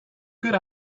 good